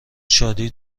شادی